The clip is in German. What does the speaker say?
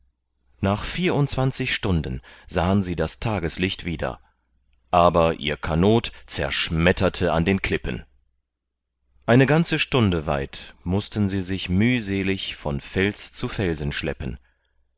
nach vierundzwanzig stunden sahen sie das tageslicht wieder aber ihr kanot zerschmetterte an den klippen eine ganze stunde weit mußten sie sich mühselig von fels zu felsen schleppen